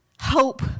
hope